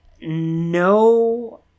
no